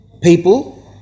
people